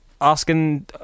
asking